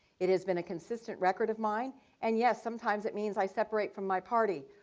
it has been a consistent record of mine and yes, sometimes it means i separate from my party,